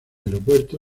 aeropuerto